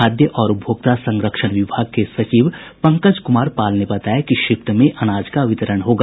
खाद्य और उपभोक्ता संरक्षण विभाग के सचिव पंकज कुमार पाल ने बताया कि शिफ्ट में अनाज का वितरण होगा